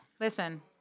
Listen